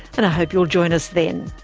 and hope you'll join us then.